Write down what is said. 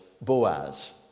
Boaz